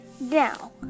Now